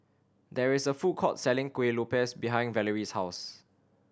there is a food court selling Kueh Lopes behind Valarie's house